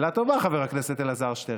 שאלה טובה, חבר הכנסת אלעזר שטרן.